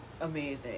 amazing